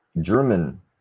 German